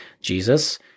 Jesus